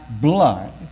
blood